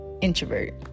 introvert